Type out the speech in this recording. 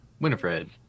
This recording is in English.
Winifred